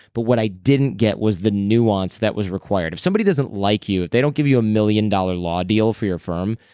but what i didn't get was the nuance that was required if somebody doesn't like you, if they don't give you a million dollar law deal for your firm,